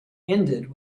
ended